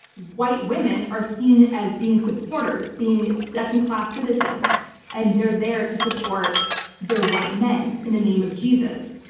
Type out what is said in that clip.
white women are seen as being supporters, being second-class citizens and they're there to support their white men in the name of jesus.